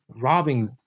robbing